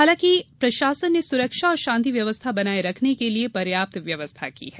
हालांकि प्रशासन ने सुरक्षा और शान्ति व्यवस्था बनाये रखने के लिये पर्याप्त व्यवस्था की है